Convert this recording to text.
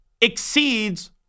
exceeds